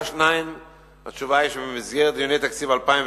2. התשובה היא כי במסגרת דיוני תקציב 2011